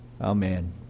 Amen